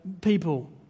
People